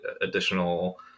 additional